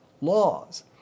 laws